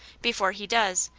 before he does,